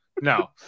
no